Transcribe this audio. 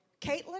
Caitlin